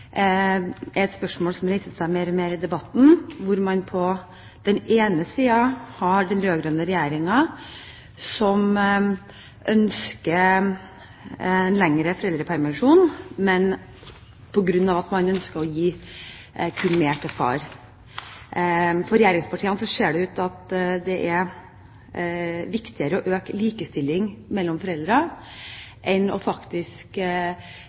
mer viktig i debatten. Man har på den ene siden den rød-grønne regjeringen, som ønsker en lengre foreldrepermisjon på grunn av at man ønsker å gi mer tid til far. For regjeringspartiene ser det altså ut til at det er viktigere å øke likestilling mellom foreldrene enn faktisk å